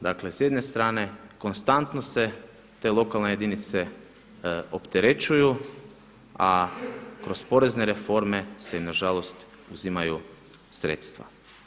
Dakle, s jedne strane konstantno se te lokalne jedinice opterećuju, a kroz porezne reforme se na žalost uzimaju sredstva.